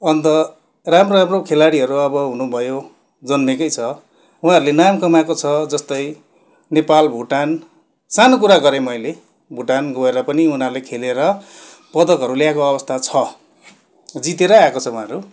अन्त राम्रो राम्रो खेलाडीहरू अब हुनुभयो जन्मेकै छ उहाँहरूले नाम कमाएको छ जस्तै नेपाल भुटान सानो कुरा गरेँ मैले भुटान गएर पनि उनीहरूले खेलेर पदकहरू ल्याएको अवस्था छ जितेरै आएको छ उहाँहरू